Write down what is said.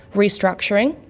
restructuring,